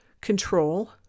control